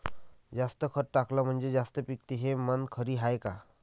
जास्त खत टाकलं म्हनजे जास्त पिकते हे म्हन खरी हाये का?